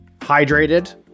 hydrated